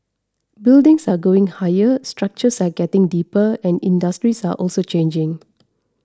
buildings are going higher structures are getting deeper and industries are also changing